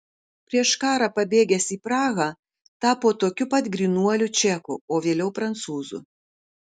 prieš karą pabėgęs į prahą tapo tokiu pat grynuoliu čeku o vėliau prancūzu